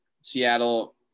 Seattle